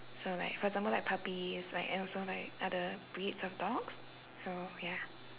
so like for example like puppies like and also like other breeds of dogs so ya